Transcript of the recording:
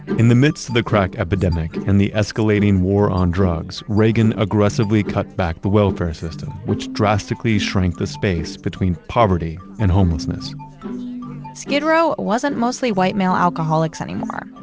in the midst of the crack epidemic and the escalating war on drugs, reagan aggressively cut back the welfare system, which drastically shrank the space between poverty and homelessness skid row wasn't mostly white male alcoholics anymore.